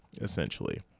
essentially